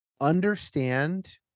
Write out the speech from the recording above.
understand